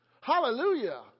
Hallelujah